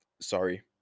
sorry